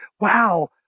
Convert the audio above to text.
wow